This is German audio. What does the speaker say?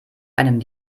einem